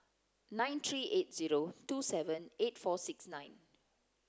nine three eight zero two seven eight four six nine